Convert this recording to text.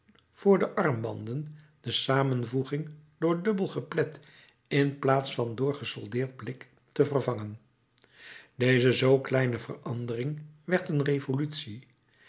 voor de armbanden de samenvoeging door dubbel geplet in plaats van door gesoldeerd blik te vervangen deze zoo kleine verandering werd een revolutie